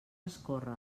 escórrer